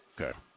Okay